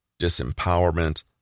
disempowerment